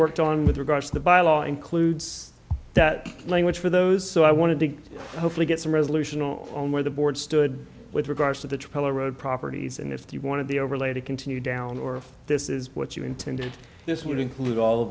worked on with regards to the by law includes that language for those so i wanted to hopefully get some resolution on where the board stood with regards to the trial or road properties and if you want to be overlay to continue down or if this is what you intended this would include all